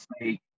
say